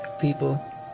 People